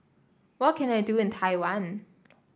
what can I do in Taiwan